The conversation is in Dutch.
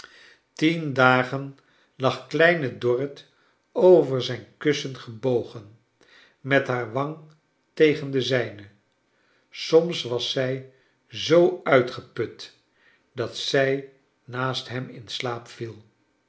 tien dagen lag kleine dorrit over zrjn kussen gebogen met haar wang tegen de zijne soms was zij zoo uitgeput dat zij naast hem in slaap viel